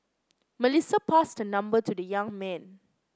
Melissa passed her number to the young man